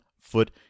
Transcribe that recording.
foot